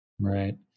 Right